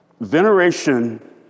veneration